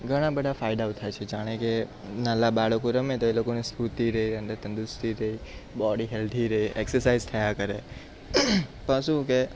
ઘણાં બધાં ફાયદાઓ થાય છે જાણે કે નાના બાળકો રમે તો એ લોકોની સ્ફૂર્તિ રે અંદર તંદુરસ્તી રેય બોડી હેલ્ધી રહે એક્સરસાઇઝ થયા કરે પાછું કે